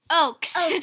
Oaks